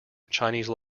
chinese